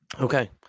Okay